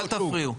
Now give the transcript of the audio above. אל תפריעו.